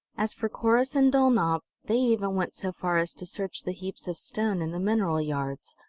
as for corrus and dulnop, they even went so far as to search the heaps of stone in the mineral yards,